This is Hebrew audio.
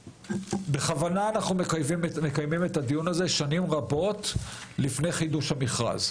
בכוונה אנחנו מקיימים את הדיון הזה שנים רבות לפני חידוש המכרז.